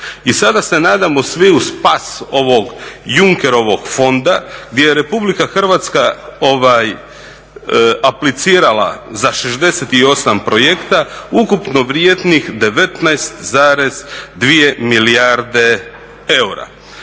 I sada se nadamo svi u spas ovog Junkerovog fonda, gdje je RH replicirala za 68 projekta ukupno vrijednih 19,2 milijarde eura.